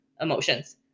emotions